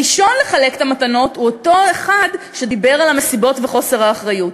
ראשון לחלק את המתנות הוא אותו אחד שדיבר על המסיבות וחוסר האחריות.